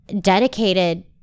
dedicated